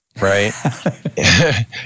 right